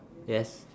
yes